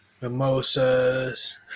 Mimosas